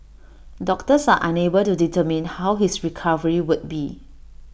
doctors are unable to determine how his recovery would be